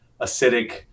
acidic